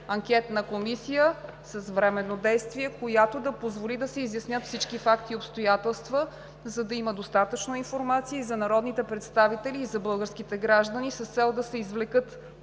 анкетна комисия с временно действие, която да позволи да се изяснят всички факти и обстоятелства, за да има достатъчно информация и за народните представители, и за българските граждани с цел да се извлекат